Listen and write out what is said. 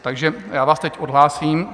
Takže já vás teď odhlásím.